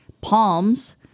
palms